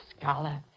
scholar